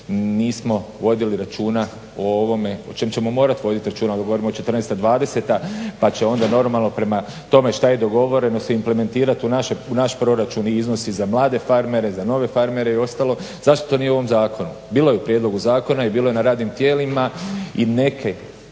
nismo vodili računa o ovome o čemu ćemo morati vodit računa, ovdje govorimo od 2014.-2020. pa će onda normalno prema tome šta je dogovoreno se implementirati u naš proračun i iznosi za mlade farmera, za nove farmere i ostalo. Zašto to nije u ovom zakonu? Bilo je u prijedlogu zakona i bilo je na radnim tijelima i neke